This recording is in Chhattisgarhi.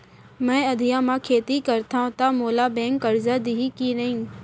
मैं अधिया म खेती करथंव त मोला बैंक करजा दिही के नही?